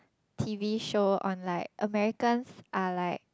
T_V show on like Americans are like